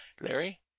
larry